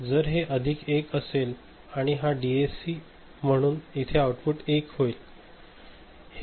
जर हे अधिक 1 असेल आणि हा डीएसी आहे म्हणून इथे आऊटपुट 1 होईल